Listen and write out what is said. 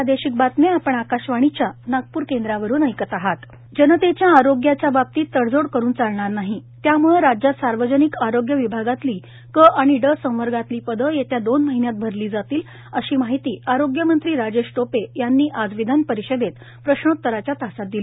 राजेश टोपे जनतेच्या आरोग्याच्या बाबतीत तडजोड करून चालणार नाही त्यामुळे राज्यात सार्वजनिक आरोग्य विभागातली क आणि ड संवर्गातली पदं येत्या दोन महिन्यात भरली जातील अशी माहिती आरोग्यमंत्री राजेश टोपे यांनी आज विधानपरिषदेत प्रश्नोत्तराच्या तासात दिली